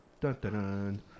Dun-dun-dun